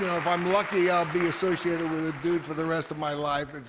if i'm lucky, i'll be associated with the dude for the rest of my life.